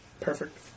Perfect